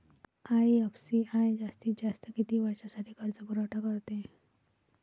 IFCI जास्तीत जास्त किती वर्षासाठी कर्जपुरवठा करते?